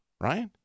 right